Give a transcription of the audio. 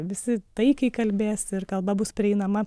visi taikiai kalbės ir kalba bus prieinama